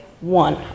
one